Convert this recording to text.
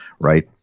right